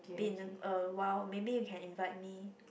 been awhile maybe you can invite me